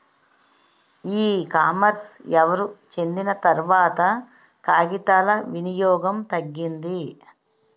ఈ కామర్స్ ఎవరు చెందిన తర్వాత కాగితాల వినియోగం తగ్గింది